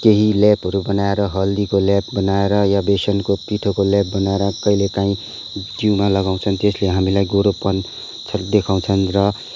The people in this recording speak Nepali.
त्यही लेपहरू बनाएर हल्दीको लेप बनाएर या बेसनको पिठोको लेप बनाएर कहिले कहीँ जिउमा लगाउँछौँ त्यसले हामीलाई गोरोपन देखाउँछन् र